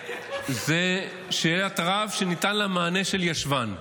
זאת שאלת רב שניתן לה מענה של ישבן.